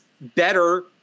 better